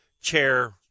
chair